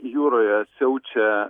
jūroje siaučia